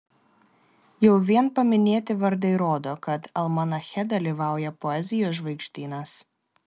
jau vien paminėti vardai rodo kad almanache dalyvauja poezijos žvaigždynas